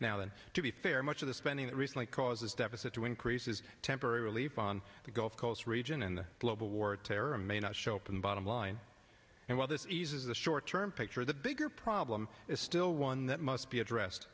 now and to be fair much of the spending that recently causes deficit to increase is temporary relief on the gulf coast region and the global war on terror may not show up and bottom line and while this eases the short term picture the bigger problem is still one that must be addressed